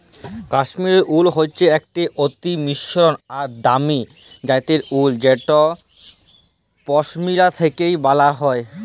কাশ্মীরলে উল হচ্যে একট অতি মসৃল আর দামি জ্যাতের উল যেট পশমিলা থ্যাকে ব্যালাল হয়